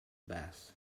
beth